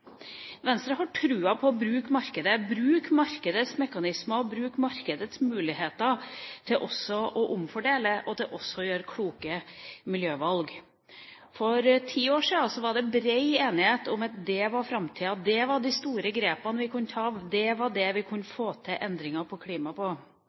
Venstre har troen på å bruke markedet, bruke markedets mekanismer og bruke markedets muligheter til å omfordele og gjøre kloke miljøvalg. For ti år siden var det brei enighet om at det var framtida, det var de store grepene vi kunne ta, det var den måten vi kunne